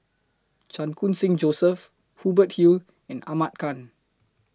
Chan Khun Sing Joseph Hubert Hill and Ahmad Khan